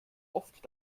oft